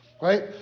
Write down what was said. right